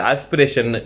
Aspiration